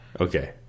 Okay